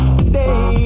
today